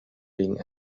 wegen